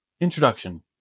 Introduction